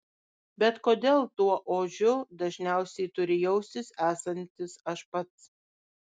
bet kodėl tuo ožiu dažniausiai turiu jaustis esantis aš pats